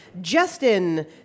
Justin